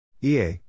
EA